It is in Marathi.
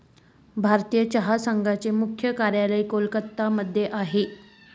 भारतीय चहा संघाचे मुख्य कार्यालय कोलकत्ता मध्ये आहे